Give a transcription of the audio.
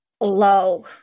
low